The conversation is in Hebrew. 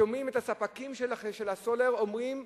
שומעים את ספקי הסולר אומרים,